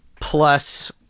plus